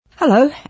Hello